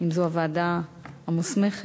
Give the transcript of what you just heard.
אם זו הוועדה המוסמכת.